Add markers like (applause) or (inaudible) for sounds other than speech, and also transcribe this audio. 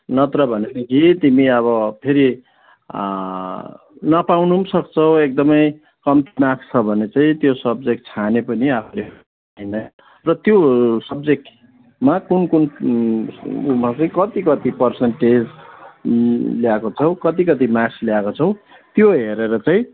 नत्र भनेदेखि तिमी अब फेरि नपाउनु पनि सक्छौ एकदमै कम्ती मार्क्स छ भने चाहिँ त्यो सब्जेक्ट छाने पनि आफूले (unintelligible) र त्यो सब्जेक्टमा कुन कुन उमा चाहिँ कति कति पर्सन्टेज ल्याएको छौ कति कति मार्क्स ल्याएको छौ त्यो हेरेर चाहिँ